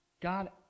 God